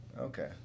Okay